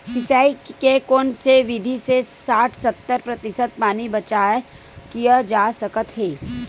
सिंचाई के कोन से विधि से साठ सत्तर प्रतिशत पानी बचाव किया जा सकत हे?